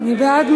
מי בעד?